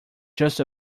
just